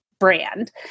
brand